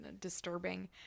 disturbing